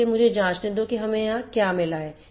इसलिए मुझे जाँचने दो कि हमें यहाँ क्या मिला है